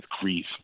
grief